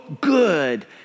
good